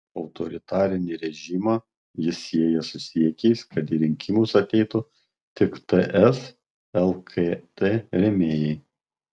autoritarinį režimą jis sieja su siekiais kad į rinkimus ateitų tik ts lkd rėmėjai